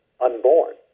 unborn